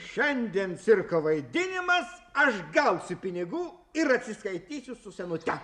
šiandien cirko vaidinimas aš gausiu pinigų ir atsiskaitysiu su senute